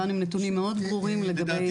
באנו עם נתונים מאד ברורים לגבי המורים.